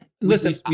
listen